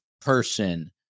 person